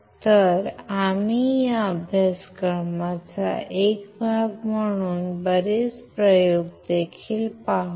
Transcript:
तर आम्ही या अभ्यासक्रमाचा एक भाग म्हणून बरेच प्रयोग देखील पाहू